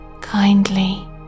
kindly